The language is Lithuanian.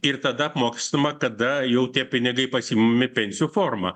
ir tada apmokestinama kada jau tie pinigai pasiimami pensijų forma